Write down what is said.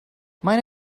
meine